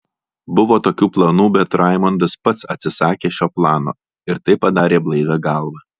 buvo tokių planų bet raimondas pats atsisakė šio plano ir tai padarė blaivia galva